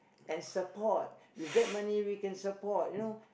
and support with that money we can support you know